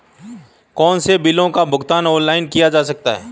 कौनसे बिलों का भुगतान ऑनलाइन किया जा सकता है?